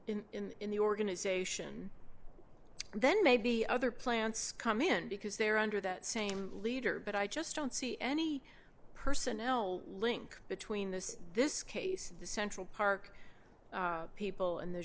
the in the organization then maybe other plants come in because they're under that same leader but i just don't see any personnel link between this this case central park people and the